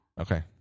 Okay